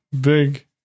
big